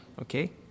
okay